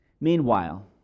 Meanwhile